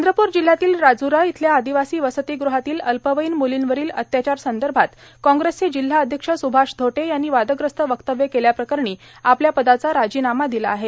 चंद्रपूर जिल्ह्यातील राजूरा इथल्या आदिवासी वसतीगृहातील अल्पवयीन मुलींवरील अत्याचार संदर्भात काँग्रेसचे जिल्हा अध्यक्ष सुभाष धोटे यांनी वादग्रस्त वक्तव्य केल्याप्रकरणी आपल्या पदाचा राजीनामा दिला आहे